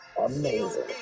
amazing